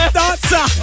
dancer